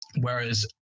whereas